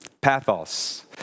Pathos